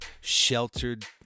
sheltered